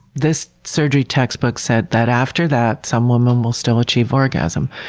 this surgery textbook said that after that, some women will still achieve orgasm.